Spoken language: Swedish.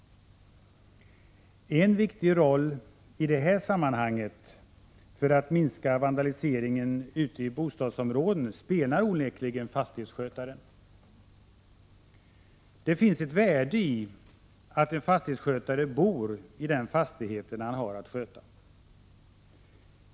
En viktig roll för att minska vandaliseringen ute i bostadsområden spelar onekligen fastighetsskötaren. Det finns ett värde i att en fastighetsskötare bor i den fastighet han har att sköta.